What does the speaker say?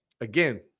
Again